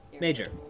Major